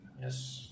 Yes